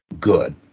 good